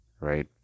right